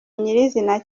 nyirizina